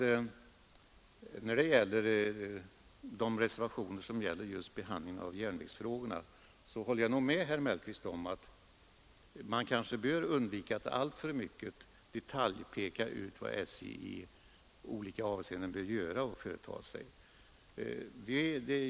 När det gäller de reservationer som behandlar järnvägsfrågorna håller jag med herr Mellqvist om att man kanske bör undvika att alltför mycket i detalj peka ut vad SJ i olika avseenden bör företa sig.